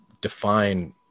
define